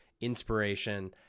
inspiration